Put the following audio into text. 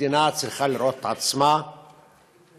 מדינה צריכה לראות את עצמה בראי,